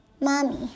Mommy